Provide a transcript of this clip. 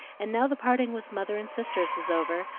and now the parting with mother and sisters was over,